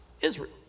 Israel